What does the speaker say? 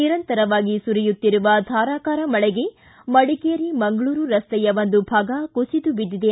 ನಿರಂತರವಾಗಿ ಸುರಿಯುತ್ತಿರುವ ಧಾರಾಕಾರ ಮಳೆಗೆ ಮಡಿಕೇರಿ ಮಂಗಳೂರು ರಸ್ತೆಯ ಒಂದು ಭಾಗ ಕುಸಿದು ಬಿದ್ದಿದೆ